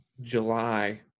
July